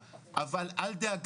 אני מדבר גם